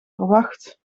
verwacht